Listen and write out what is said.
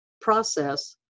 process